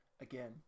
Again